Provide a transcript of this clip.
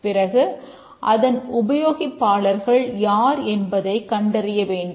பிறகு அதன் உபயோகிப்பாளர்கள் யார் என்பதைக் கண்டறிய வேண்டும்